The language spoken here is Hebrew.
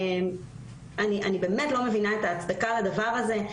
אני לא מבינה את ההצדקה לדבר הזה.